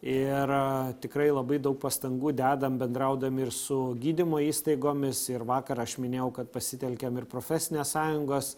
ir tikrai labai daug pastangų dedam bendraudami ir su gydymo įstaigomis ir vakar aš minėjau kad pasitelkėm ir profesines sąjungas